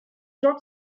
jean